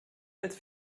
als